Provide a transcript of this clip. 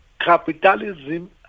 capitalism